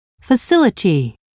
facility